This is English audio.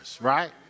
Right